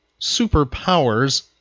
superpowers